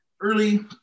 early